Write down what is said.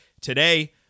Today